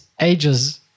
ages